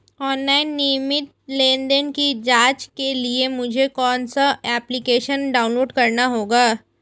Online नियमित लेनदेन की जांच के लिए मुझे कौनसा एप्लिकेशन डाउनलोड करना होगा?